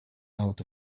out